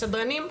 הסדרנים,